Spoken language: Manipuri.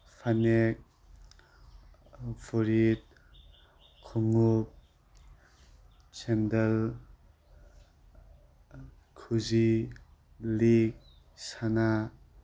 ꯐꯅꯦꯛ ꯐꯨꯔꯤꯠ ꯈꯣꯡꯎꯞ ꯁꯦꯟꯗꯜ ꯈꯨꯖꯤ ꯂꯤꯛ ꯁꯅꯥ